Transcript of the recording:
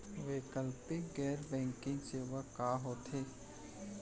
वैकल्पिक गैर बैंकिंग सेवा का होथे?